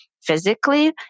Physically